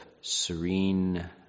serene